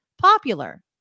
popular